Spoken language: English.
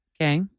Okay